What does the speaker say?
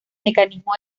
mecanismo